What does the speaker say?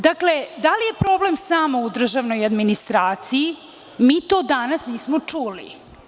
Dakle, da li je problem samo u državnoj administraciji, mi to danas nismo čuli.